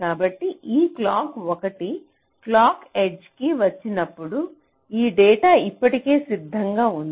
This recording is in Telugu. కాబట్టి ఈ క్లాక్ 1 క్లాక్ ఎడ్జ్ కి వచ్చినప్పుడు ఈ డేటా ఇప్పటికే సిద్ధంగా ఉంది